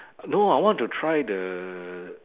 no I want to try the